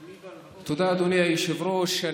תודה, אדוני היושב-ראש.